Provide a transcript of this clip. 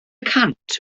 cant